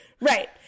Right